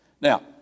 Now